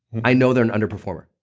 i know they're an underperformer.